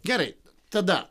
gerai tada